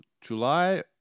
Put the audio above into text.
July